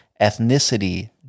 ethnicity